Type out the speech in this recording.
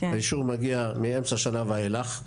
האישור מגיע מאמצע שנה ואילך,